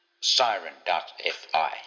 siren.fi